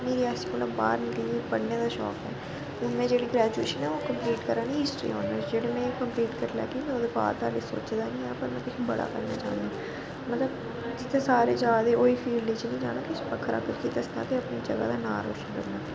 में रियासी कोला बाह्र निकलियै पढने दा शौंक ऐ हून में जेह्ड़ी ग्रैजुएशन कम्पलीट करा नी हिस्टरी आनर जेल्लै में एह् कम्पलीट करी लैगी ते ओह्दे बाद दा में सोचे दी नी पर में किश बड़ा करना चाह्न्नी आं मतलब जित्थें सारे जा दे ओह् ही फील्ड च नेईं जाना किश बक्खरा करियै दस्सना ते अपने जगह् दा नांऽ रोशन करना